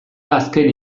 azken